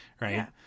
Right